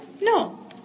No